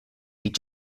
each